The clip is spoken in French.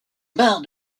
barre